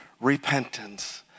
repentance